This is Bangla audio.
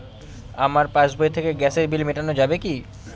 আমার পাসবই থেকে গ্যাসের বিল মেটানো যাবে কি?